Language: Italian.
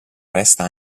resta